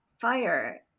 fire